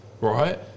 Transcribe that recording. right